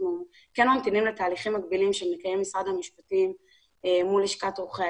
אנחנו כן ממתינים לתהליכים מקבילים שמקיים משרד המשפטים מול לשכת עורכי